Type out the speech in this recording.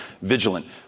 vigilant